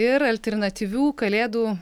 ir alternatyvių kalėdų